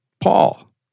Paul